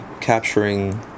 capturing